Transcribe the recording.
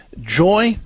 joy